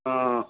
हा